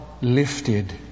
lifted